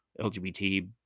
LGBT